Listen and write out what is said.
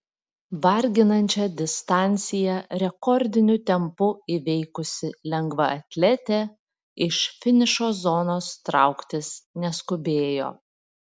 varginančią distanciją rekordiniu tempu įveikusi lengvaatletė iš finišo zonos trauktis neskubėjo